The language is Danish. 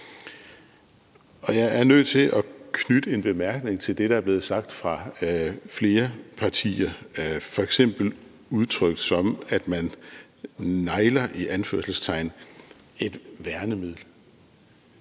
Og jeg er nødt til at knytte en bemærkning til det, der er blevet sagt fra flere partier, f.eks. udtryk som, at man – i anførselstegn – negler et værnemiddel.